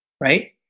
right